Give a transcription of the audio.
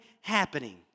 happening